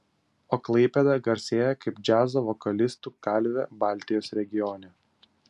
o klaipėda garsėja kaip džiazo vokalistų kalvė baltijos regione